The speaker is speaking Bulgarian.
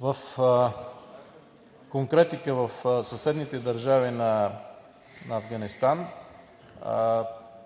В конкретика, в съседните държави на Афганистан